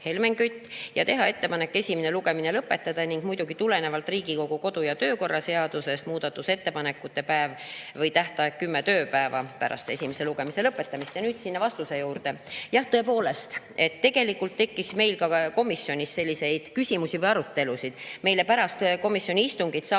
Helmen Kütt, ja teha ettepanek esimene lugemine lõpetada. Ning muidugi tulenevalt Riigikogu kodu‑ ja töökorra seadusest [määrata] muudatusettepanekute tähtajaks kümme tööpäeva pärast esimese lugemise lõpetamist. Ja nüüd sinna vastuse juurde. Jah, tõepoolest, tegelikult tekkis meil ka komisjonis selliseid küsimusi või arutelusid. Pärast komisjoni istungit saadeti